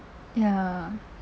ya